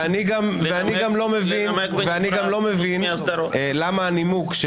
ואני גם לא מבין למה את הנימוק של